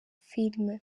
filime